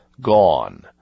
gone